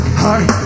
heart